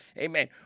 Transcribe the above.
Amen